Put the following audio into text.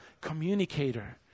communicator